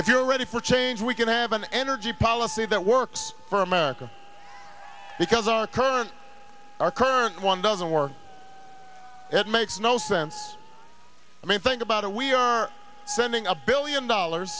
if you're ready for change we can have an energy policy that works for america because our current our current one doesn't work it makes no sense i mean think about it we are sending a billion dollars